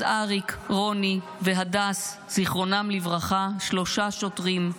אז אריק, רוני והדס, זיכרונם לברכה, שלושה שוטרים,